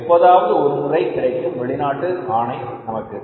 எப்போதாவது ஒருமுறை கிடைக்கும் வெளிநாட்டு ஆணை நமக்கு